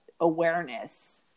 awareness